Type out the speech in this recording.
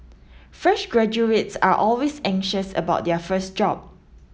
fresh graduates are always anxious about their first job